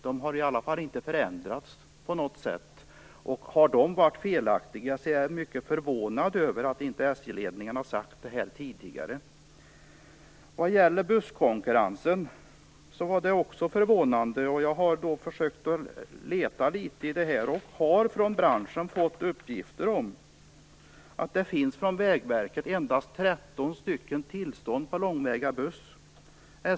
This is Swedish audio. De har i varje fall inte förändrats på något sätt. Har de varit felaktiga är jag mycket förvånad över att inte SJ-ledningen har sagt det tidigare. Vad som sägs om busskonkurrensen är också förvånande. Jag har försökt att leta litet, och jag har från branschen fått uppgifter om att Vägverket endast har gett 13 tillstånd för långväga buss.